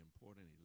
important